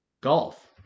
Golf